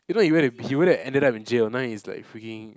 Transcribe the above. you know he went to he went to ended up in jail now he's like freaking